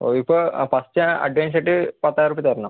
അത് ഇപ്പം first advance ആയിട്ട് പത്തായിരം റുപ്യ തരണം